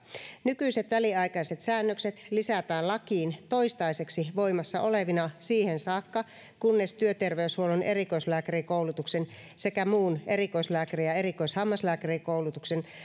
nykyiset väliaikaiset säännökset lisätään lakiin toistaiseksi voimassa olevina siihen saakka kunnes työterveyshuollon erikoislääkärikoulutuksen sekä muun erikoislääkäri ja erikoishammaslääkärikoulutuksen